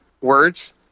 words